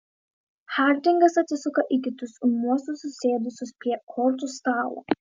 hardingas atsisuka į kitus ūmiuosius susėdusius prie kortų stalo